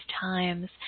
times